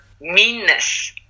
meanness